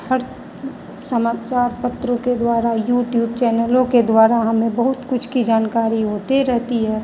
हर समाचार पत्र के द्वारा यूट्यूब चैनलों के द्वारा हमें बहुत कुछ की जानकारी होते रहती है